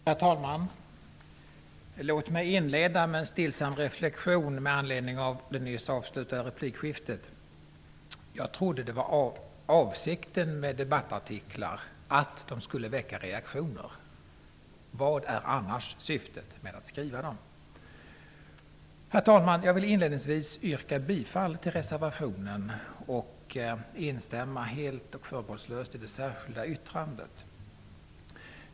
Herr talman! Låt mig inleda med en stillsam reflexion med anledning av det nyss avslutade replikskiftet. Jag trodde att det var avsikten med debattartiklar att de skulle väcka reaktioner. Vad är annars syftet med att skriva dem? Jag vill inledningsvis yrka bifall till reservationen och instämma helt och förbehållslöst i det särskilda yttrandet.